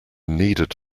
needed